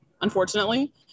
unfortunately